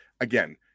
again